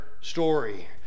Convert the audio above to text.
story